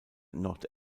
nord